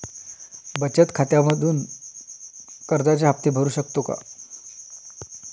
बचत खात्यामधून कर्जाचे हफ्ते भरू शकतो का?